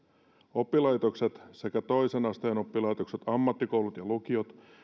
oppilaitokset sekä toisen asteen oppilaitokset ammattikoulut ja lukiot